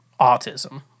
autism